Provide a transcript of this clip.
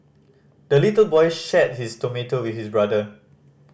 the little boy shared his tomato with his brother